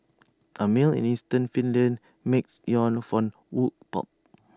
A mill in eastern Finland makes yarn from wood pulp